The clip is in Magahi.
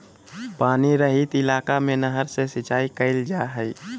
पानी रहित इलाका में नहर से सिंचाई कईल जा हइ